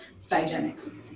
Cygenics